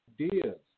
ideas